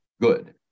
good